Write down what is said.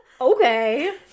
Okay